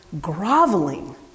groveling